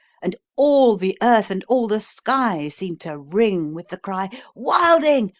and all the earth and all the sky seemed to ring with the cry wilding!